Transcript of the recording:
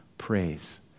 praise